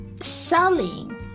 selling